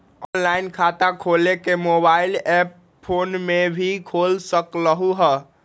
Online खाता खोले के मोबाइल ऐप फोन में भी खोल सकलहु ह?